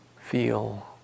feel